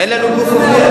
אין לנו גוף אחר,